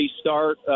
start